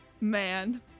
Man